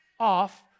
off